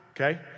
Okay